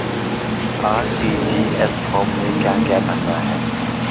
RTGS form में क्या क्या भरना है?